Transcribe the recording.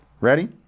Ready